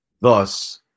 thus